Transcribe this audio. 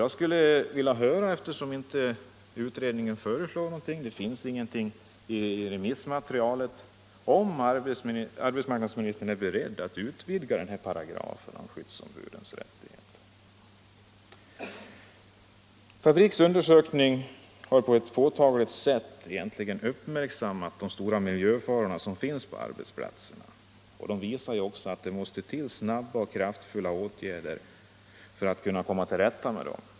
Jag skulle vilja höra — eftersom utredningen inte föreslår något och det inte finns något sådant i remissmaterialet — om arbetsmarknadsministern är beredd att utvidga paragrafen om skyddsombudens rättigheter. Fabriks undersökning har på ett påtagligt sätt uppmärksammat de stora miljöfaror som finns på arbetsplatserna. Den visar också att det måste till snabba och kraftfulla åtgärder för att komma till rätta med dem.